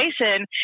Jason